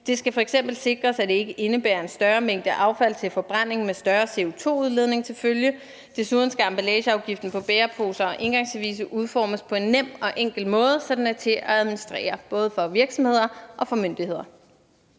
Det skal f.eks. sikres, at det ikke indebærer en større mængde affald til forbrænding med større CO2-udledning til følge; desuden skal emballageafgiften på bæreposer og engangsservice udformes på en nem og enkel måde, så den er til at administrere, både for virksomheder og for myndigheder.